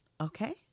okay